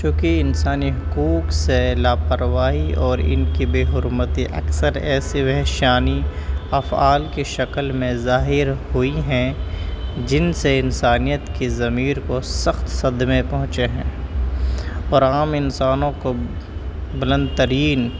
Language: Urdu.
چونکہ انسانی حقوق سے لا پرواہی اور ان کی بے حرمتی اکثر ایسی وحشیانی افعال کے شکل میں ظاہر ہوئی ہیں جن سے انسانیت کی ضمیر کو سخت صدمے پہنچے ہیں اور عام انسانوں کو بلند ترین